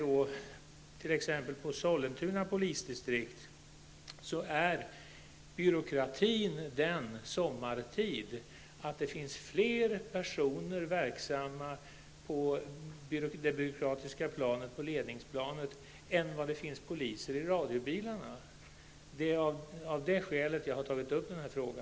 I t.ex. Sollentuna polisdistrikt innebär byråkratin att det sommartid finns fler personer verksamma på det byråkratiska planet, på ledningsplanet, än vad det finns poliser i radiobilarna. Det är av det skälet som jag har tagit upp denna fråga.